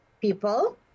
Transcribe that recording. people